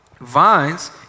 vines